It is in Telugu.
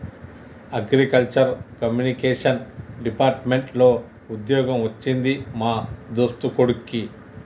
అగ్రికల్చర్ కమ్యూనికేషన్ డిపార్ట్మెంట్ లో వుద్యోగం వచ్చింది మా దోస్తు కొడిక్కి